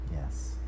Yes